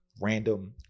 random